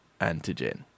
antigen